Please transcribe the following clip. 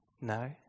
No